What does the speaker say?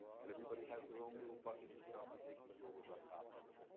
and everybody has their own little buckets of stuff that they can deal with on top of it.